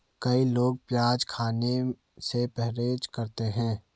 कई लोग प्याज खाने से परहेज करते है